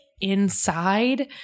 inside